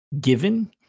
given